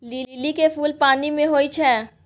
लिली के फुल पानि मे होई छै